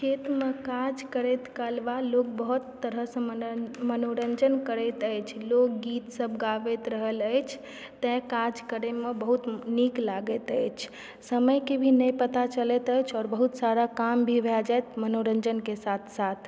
खेतमे काज करैत कालमे लोग बहुत तरहसँ मनोरञ्जन करैत अछि लोकगीतसभ गाबैत रहल अछि तैं काज करयमे बहुत नीक लगैत अछि समयके भी नहि पता चलैत अछि आओर बहुत सारा काम भी भए जायत मनोरञ्जनके साथ साथ